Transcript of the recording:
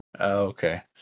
Okay